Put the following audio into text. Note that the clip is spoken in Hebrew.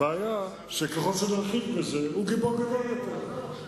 הבעיה היא שככל שנרחיב בזה, הוא גיבור גדול יותר.